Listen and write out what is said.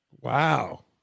Wow